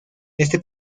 este